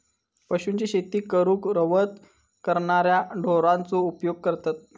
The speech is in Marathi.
पशूंची शेती करूक रवंथ करणाऱ्या ढोरांचो उपयोग करतत